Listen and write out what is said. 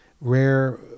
rare